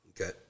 Okay